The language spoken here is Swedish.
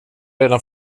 redan